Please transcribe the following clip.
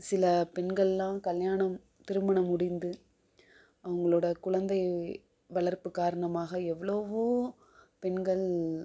சில பெண்களெல்லாம் கல்யாணம் திருமணம் முடிந்து அவங்களோட குழந்தையே வளர்ப்பு காரணமாக எவ்வளவோ பெண்கள்